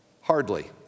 hardly